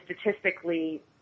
statistically